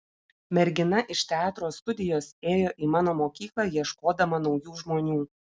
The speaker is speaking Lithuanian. mergina iš teatro studijos ėjo į mano mokyklą ieškodama naujų žmonių